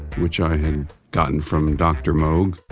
which i had gotten from dr. moog.